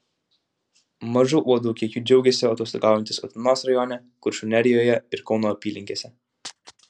mažu uodų kiekiu džiaugėsi atostogaujantys utenos rajone kuršių nerijoje ir kauno apylinkėse